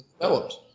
developed